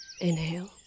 Inhale